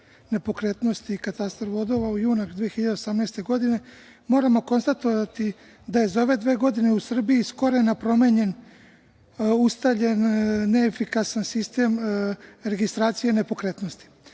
nepokretnosti i Katastar vodova od juna 2017. godine, moramo konstatovati da je za ove dve godine u Srbiji iz korena promenjen ustaljen, neefikasan sistem registracije nepokretnosti. Primenom